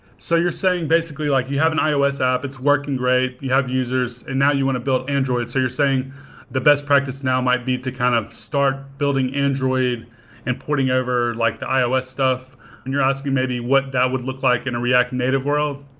so you're saying, basically, like you have an ios app, it's working great, you have users, and now you want build android. so you're saying the best practice now might be to kind of start building android and porting over like the ios stuff and you're asking maybe what that would look like in a react native world.